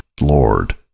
Lord